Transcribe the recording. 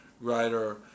writer